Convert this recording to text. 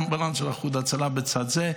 אמבולנס של איחוד הצלה בצד הזה.